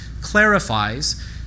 clarifies